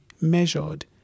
measured